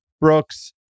Brooks